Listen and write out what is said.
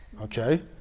Okay